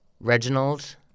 Reginald